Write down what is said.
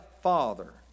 Father